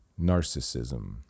narcissism